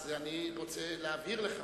אז אני רוצה להבהיר לך